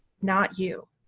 not you.